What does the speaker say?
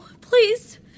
Please